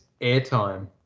airtime